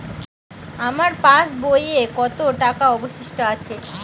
আমার পাশ বইয়ে কতো টাকা অবশিষ্ট আছে?